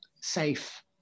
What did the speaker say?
safe